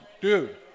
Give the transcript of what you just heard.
dude